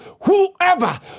whoever